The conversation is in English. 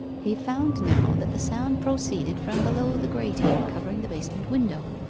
he found now that the sound proceeded from below the grating covering the basement window.